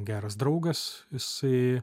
geras draugas jisai